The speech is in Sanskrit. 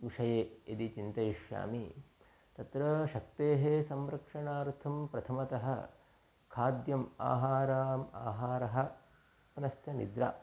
विषये यदि चिन्तयिष्यामि तत्र शक्तेः संरक्षणार्थं प्रथमतः खाद्यम् आहाराम् आहारः पुनश्च निद्रा